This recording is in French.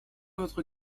votre